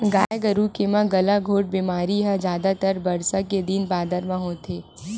गाय गरु के म गलाघोंट बेमारी ह जादातर बरसा के दिन बादर म होथे